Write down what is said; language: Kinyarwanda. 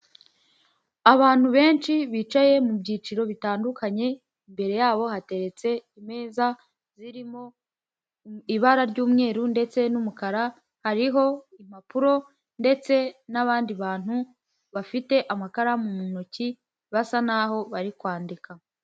Abantu benshi bicaye mu byiciro bitandukanye, imbere yabo hateretse imeza zirimo ibara ry'umweru ndetse n'umukara, hariho impapuro ndetse n'abandi bantu bafite amakaramu mu ntoki, basa naho bari kwandika.